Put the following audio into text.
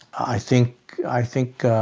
i think, i think, ah,